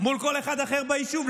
מול כל אחד אחר ביישוב.